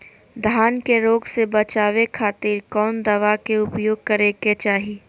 धान के रोग से बचावे खातिर कौन दवा के उपयोग करें कि चाहे?